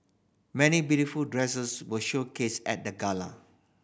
many beautiful dresses were showcased at the gala